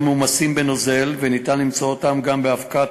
מומסים בנוזל ואפשר למצוא אותם גם באבקה,